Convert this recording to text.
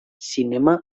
zinema